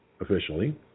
officially